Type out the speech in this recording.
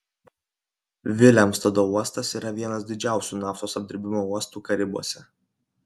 vilemstado uostas yra vienas didžiausių naftos apdirbimo uostų karibuose